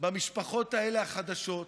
במשפחות האלה, החדשות,